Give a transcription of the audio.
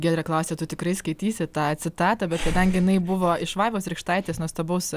giedrė klausia tu tikrai skaitysi tą citatą bet kadangi jinai buvo iš vaivos rykštaitės nuostabaus